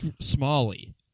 Smalley